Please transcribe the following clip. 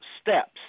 steps